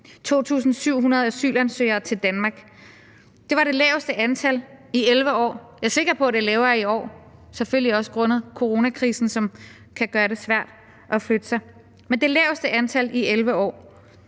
2.700 asylansøgere til Danmark. Det var det laveste antal i 11 år. Jeg er sikker på, at det bliver lavere i år – selvfølgelig også grundet coronakrisen, som kan gøre det svært at flytte sig. Men det var det laveste antal i 11 år.